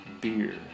beer